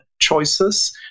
choices